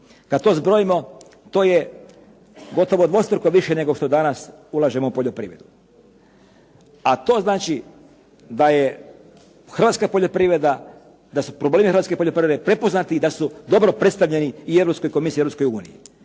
Kada to zbrojimo to je gotovo dvostruko više nego što danas ulažemo u poljoprivredu. A to znači da je hrvatska poljoprivreda, da su problemi hrvatske poljoprivrede prepoznati i da su dobro predstavljeni i Europskoj komisiji i Europskoj uniji.